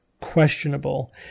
questionable